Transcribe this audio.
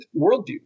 worldview